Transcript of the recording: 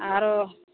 आरो